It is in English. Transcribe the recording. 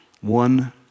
One